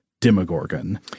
Demogorgon